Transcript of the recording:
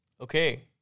Okay